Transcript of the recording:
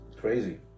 Crazy